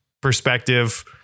perspective